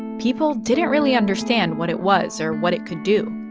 people didn't really understand what it was or what it could do.